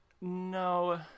No